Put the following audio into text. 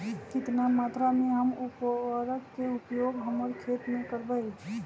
कितना मात्रा में हम उर्वरक के उपयोग हमर खेत में करबई?